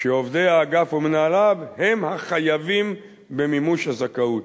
כשעובדי האגף ומנהליו הם החייבים במימוש הזכאות.